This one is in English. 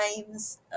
times